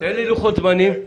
תן לי לוחות זמנים.